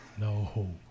No